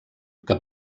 que